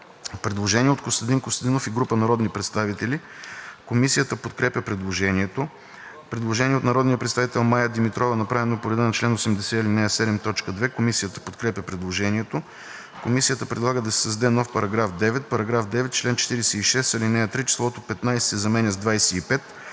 Предложение от Костадин Костадинов и група народни представители. Комисията подкрепя предложението. Предложение на народния представител Мая Димитрова, направено по реда на чл. 80, ал. 7, т. 2 от ПОДНС. Комисията подкрепя предложението. Комисията предлага да се създаде нов § 9: „§ 9. В чл. 46, ал. 3 числото „15“ се заменя с „25“